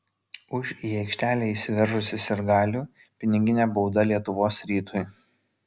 už į aikštę įsiveržusį sirgalių piniginė bauda lietuvos rytui